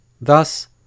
Thus